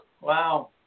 Wow